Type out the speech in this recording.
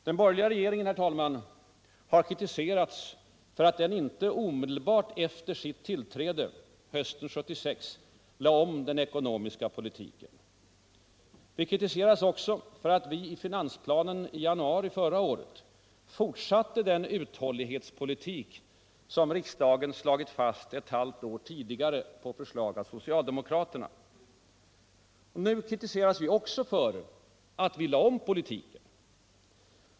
Den borgerliga regeringen, herr talman, har kritiserats för att den inte omedelbart efter sitt tillträde hösten 1976 lade om den ekonomiska politiken. Vi kritiseras också för att vi i finansplanen förra året fortsatte den uthållighetspolitik som riksdagen slagit fast ett halvt år tidigare, på förslag av socialdemokraterna. Nu kritiseras vi också för att vi lade om politiken.